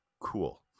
Cool